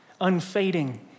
unfading